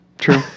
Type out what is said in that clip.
True